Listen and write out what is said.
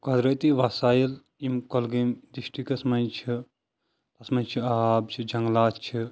قۄدرٔتی وسایل یِم کۄلگٲمۍ ڈسٹکس منٛز چھِ اتھ منٛز چھِ آب چھِ جنگلات چھِ